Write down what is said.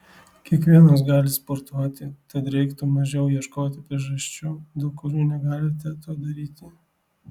kiekvienas gali sportuoti tad reiktų mažiau ieškoti priežasčių dėl kurių negalite to daryti